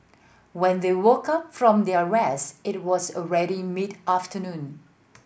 when they woke up from their rest it was already mid afternoon